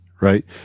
right